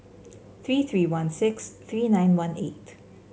three three one six three nine one eight